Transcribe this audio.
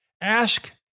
Ask